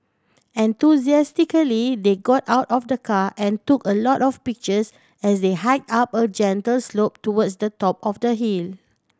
enthusiastically they got out of the car and took a lot of pictures as they hike up a gentle slope towards the top of the hill